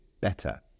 better